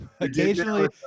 occasionally